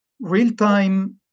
real-time